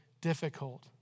difficult